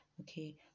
okay